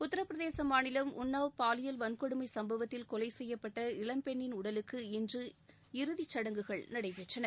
உத்தரபிரதேச மாநிலம் உன்னவ் பாலியல் வன்கொடுமை சம்பவத்தில் கொலை செய்யப்பட்ட இளம் பெண்ணின் உடலுக்கு இன்று இறுதி சடங்குகள் நடைபெற்றன